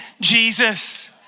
Jesus